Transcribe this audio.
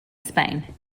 spain